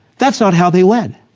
that's not how they led.